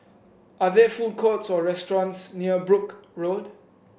are there food courts or restaurants near Brooke Road